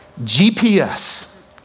GPS